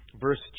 verse